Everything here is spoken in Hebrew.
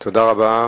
תודה רבה.